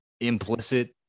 implicit